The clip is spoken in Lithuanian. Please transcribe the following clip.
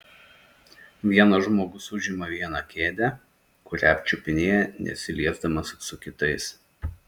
vienas žmogus užima vieną kėdę kurią čiupinėja nesiliesdamas su kitais